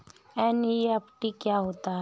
NEFT क्या होता है?